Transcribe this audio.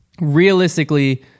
realistically